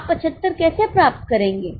आप 75 कैसे प्राप्त करेंगे